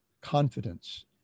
confidence